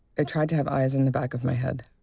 i tried to have eyes in the back of my head.